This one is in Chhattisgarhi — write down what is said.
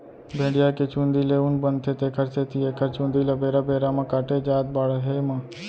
भेड़िया के चूंदी ले ऊन बनथे तेखर सेती एखर चूंदी ल बेरा बेरा म काटे जाथ बाड़हे म